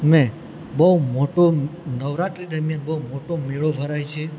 મેં બહુ મોટો નવરાત્રી દરમિયાન બહુ મોટો મેળો ભરાય છે